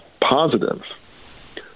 positive